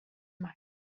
mat